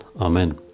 Amen